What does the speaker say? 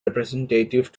representative